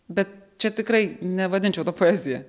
bet čia tikrai nevadinčiau to poezija